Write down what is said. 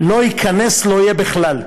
לא ייכנס, לא יהיה בכלל,